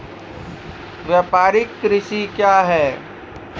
व्यापारिक कृषि क्या हैं?